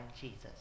Jesus